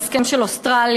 ההסכם של אוסטרליה,